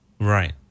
Right